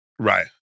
Right